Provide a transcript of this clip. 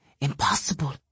impossible